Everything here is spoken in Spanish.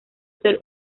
ser